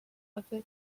after